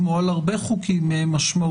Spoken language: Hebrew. כמו על הרבה חוקים משמעותיים,